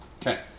Okay